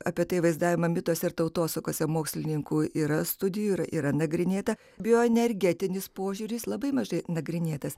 apie tai vaizdavimą mituose ir tautosakose mokslininkų yra studijų ir yra nagrinėta bioenergetinis požiūris labai mažai nagrinėtas